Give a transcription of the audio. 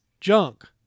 junk